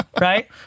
right